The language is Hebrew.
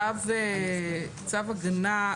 צו הגנה,